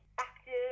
active